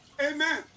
Amen